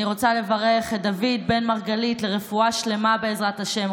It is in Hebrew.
אני רוצה לברך את דוד בן מרגלית לרפואה שלמה בעזרת השם,